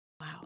Wow